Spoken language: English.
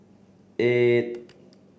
eight